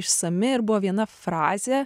išsami ir buvo viena frazė